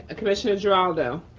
ah commissioner geraldo.